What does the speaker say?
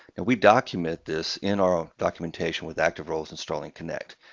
we document this in our documentation with active roles in starling connect.